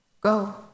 Go